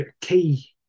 key